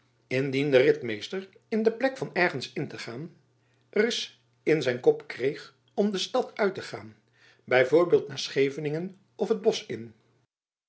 de ritmeister in de plek van ergens in te gain ereis in zijn kop kreig om de stad uit te gain b v nair scheivelingen of t bosch in